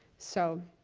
so,